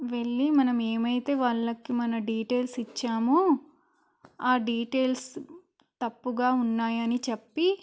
వెళ్ళి మనం ఏమైతే వాళ్ళకి మన డీటెయిల్స్ ఇచ్చామో ఆ డీటెయిల్స్ తప్పుగా ఉన్నాయని చెప్పి